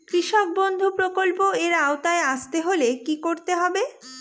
কৃষকবন্ধু প্রকল্প এর আওতায় আসতে হলে কি করতে হবে?